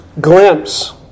glimpse